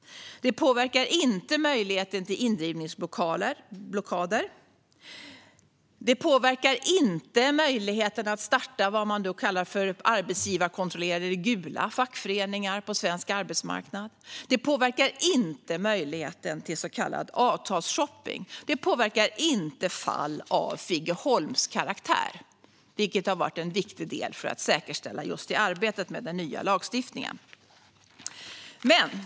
Det påverkar inte möjligheten till indrivningsblockader. Det påverkar inte möjligheten att starta vad man kallar för arbetsgivarkontrollerade gula fackföreningar på svensk arbetsmarknad. Det påverkar inte möjligheten till så kallad avtalsshopping. Det påverkar inte fall av Figeholmskaraktär, vilket har varit en viktig del för att säkerställa arbetet med den nya lagstiftningen.